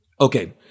Okay